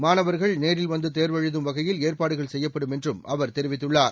மாணவர்கள் நேரில் வந்து தேர்வெழுதும் வகையில் ஏற்பாடுகள் செய்யப்படும் என்றும் அவர் தெரிவித்துள்ளார்